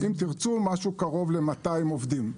היינו, קרוב ל-200 עובדים.